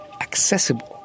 accessible